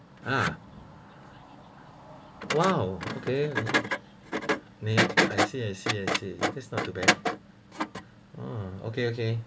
ah !wow! okay I see I see I see that's not too bad um okay okay